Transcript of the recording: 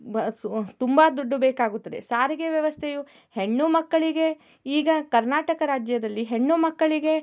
bus ತುಂಬ ದುಡ್ಡು ಬೇಕಾಗುತ್ತದೆ ಸಾರಿಗೆ ವ್ಯವಸ್ಥೆಯು ಹೆಣ್ಣು ಮಕ್ಕಳಿಗೆ ಈಗ ಕರ್ನಾಟಕ ರಾಜ್ಯದಲ್ಲಿ ಹೆಣ್ಣು ಮಕ್ಕಳಿಗೆ